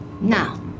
Now